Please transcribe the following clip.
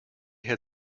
had